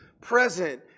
present